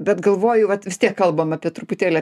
bet galvoju vat vis tiek kalbam apie truputėlį